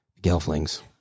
gelflings